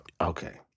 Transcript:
okay